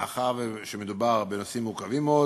מאחר שמדובר בנושאים מורכבים מאוד